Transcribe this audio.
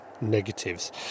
negatives